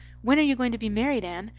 when are you going to be married, anne?